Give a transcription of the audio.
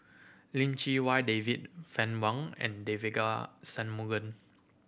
Lim Chee Wai David Fann Wong and Devagi Sanmugam